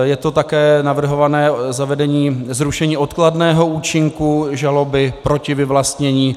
Je to také navrhované zavedení zrušení odkladného účinku žaloby proti vyvlastnění.